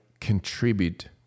contribute